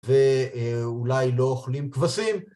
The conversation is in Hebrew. ואולי לא אוכלים כבשים...